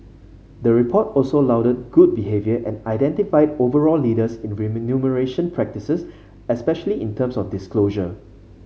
the report also lauded good behaviour and identified overall leaders in remuneration practices especially in terms of disclosure